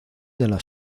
della